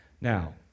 Now